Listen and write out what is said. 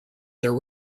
their